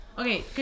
Okay